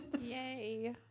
Yay